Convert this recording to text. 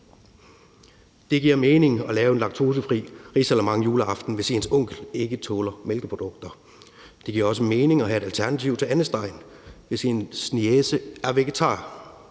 Det giver mening at lave en laktosefri risalamande juleaften, hvis ens onkel ikke tåler mælkeprodukter. Det giver også mening at have et alternativ til andesteg, hvis ens niece er vegetar.